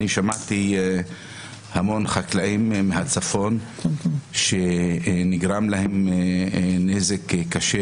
אני שמעתי המון חקלאים מהצפון שנגרם להם נזק קשה